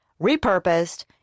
repurposed